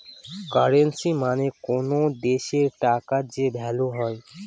currency মানে কোনো দেশের টাকার যে ভ্যালু হয়